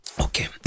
Okay